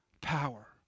power